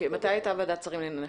מתי הייתה ועדת שרים לענייני חקיקה?